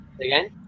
Again